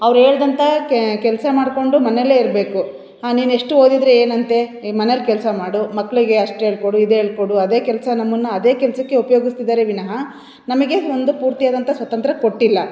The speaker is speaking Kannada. ಅವ್ರೇಳ್ದಂಥ ಕೆಲಸ ಮಾಡಿಕೊಂಡು ಮನೆಲ್ಲೇ ಇರಬೇಕು ಹಾಂ ನೀನೆಷ್ಟು ಓದಿದರೆ ಏನಂತೆ ಈಗ ಮನೆಯಲ್ಲಿ ಕೆಲಸ ಮಾಡು ಮಕ್ಕಳಿಗೆ ಅಷ್ಟೇಳಿಕೊಡು ಇದೇಳಿಕೊಡು ಅದೇ ಕೆಲಸ ನಮ್ಮನ್ನ ಅದೇ ಕೆಲಸಕ್ಕೆ ಉಪಯೋಗಿಸ್ತಿದಾರೆ ವಿನಹ ನಮಗೆ ಒಂದು ಪೂರ್ತಿಯಾದಂಥ ಸ್ವತಂತ್ರ ಕೊಟ್ಟಿಲ್ಲ